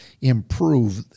improve